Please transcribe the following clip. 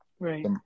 Right